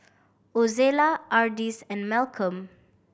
Ozella Ardis and Malcolm